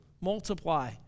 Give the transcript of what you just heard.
multiply